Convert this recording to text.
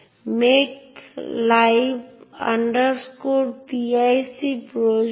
0 এর একটি UID root user ID হিসেবে বিবেচিত হয়